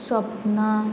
स्वपन